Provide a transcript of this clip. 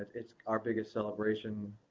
it's our biggest celebration,